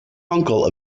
uncle